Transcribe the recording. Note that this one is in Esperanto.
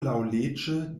laŭleĝe